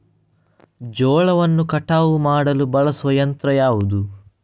ಜೋಳವನ್ನು ಕಟಾವು ಮಾಡಲು ಬಳಸುವ ಯಂತ್ರ ಯಾವುದು?